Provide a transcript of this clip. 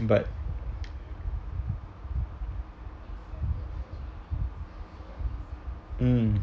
but mm